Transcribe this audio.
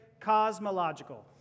cosmological